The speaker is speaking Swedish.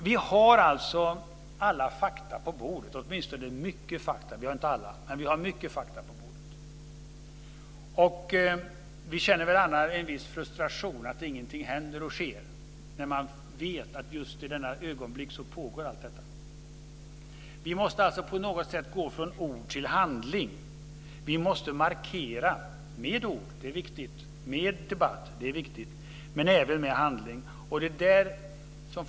Vi har alltså mycket fakta på bordet. Vi känner väl alla en viss frustration att ingenting händer och sker när man vet att just i detta ögonblick pågår allt detta. Vi måste alltså på något sätt gå från ord till handling. Vi måste markera, med ord, med debatt, men även med handling - det är viktigt.